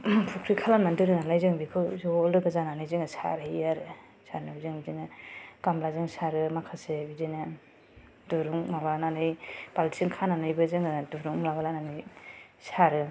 फख्रि खालामनानै दोनो नालाय जों बेखौ ज' लोगो जानानै जोङो सारहैयो आरो सारनायाबो जों बिदिनो गाम्लाजों सारो माखासे बिदिनो दिरुं माबानानै बाल्टिं खानानैबो जोङो दिरुं लाबोलायनानै सारो